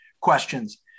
questions